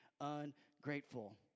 ungrateful